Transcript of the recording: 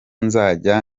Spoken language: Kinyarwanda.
nzajya